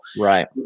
Right